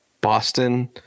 boston